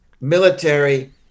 military